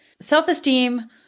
Self-esteem